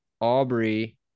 Aubrey